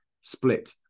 split